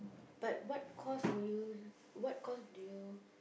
but what course will you what course do you